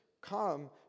come